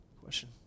question